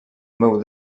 meu